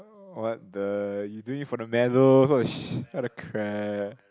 what the you doing for the medal what the crap